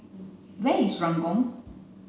where is Ranggung